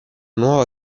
nuova